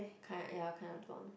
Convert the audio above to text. kind ya kind a blonde